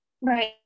Right